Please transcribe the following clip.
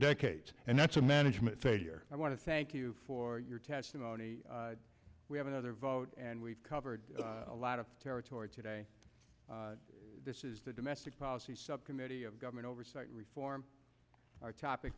decades and that's a management failure i want to thank you for your testimony we have another vote and we've covered a lot of territory today this is the domestic policy subcommittee of government oversight reform our topic